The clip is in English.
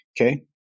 Okay